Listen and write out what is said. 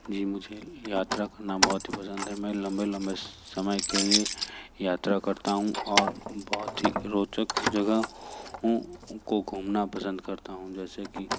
जी मुझे यात्रा करना बहुत ही पसंद है मैं लम्बे लम्बे समय के लिए यात्रा करता हूँ और बहुत ही रोचक जगह ओ को घूमना पसंद करता हूँ जैसे कि